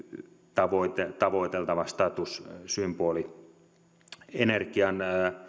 tavoiteltava statussymboli energian